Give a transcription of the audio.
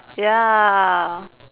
ya